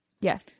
Yes